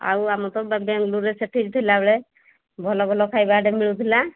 ଆଉ ଆମର ତ ବାଙ୍ଗାଲୋରରେ ସେଠି ଥିଲାବେଳେ ଭଲ ଭଲ ଖାଇବାଟେ ମିଳୁଥିଲା